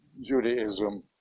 Judaism